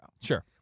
Sure